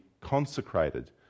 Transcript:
consecrated